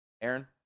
Aaron